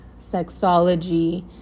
Sexology